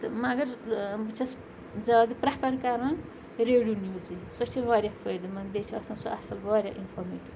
تہٕ مگر بہٕ چھَس زیادٕ پرٛٮ۪فَر کَران ریڈیو نِوزٕے سۄ چھِ واریاہ فٲیدٕ منٛد بیٚیہِ چھِ آسان سۄ اَصٕل واریاہ اِنفارمیٹِو